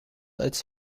als